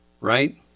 Right